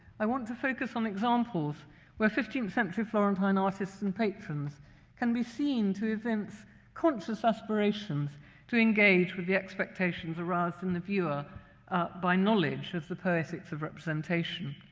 i want to focus on examples where fifteenth century florentine artists and patrons can be seen to invoke conscious aspirations to engage with the expectations aroused in the viewer by knowledge of the poetics of representation.